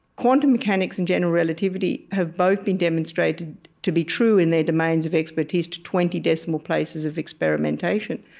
quantum mechanics and general relativity have both been demonstrated to be true in their demands of expertise to twenty decimal places of experimentation.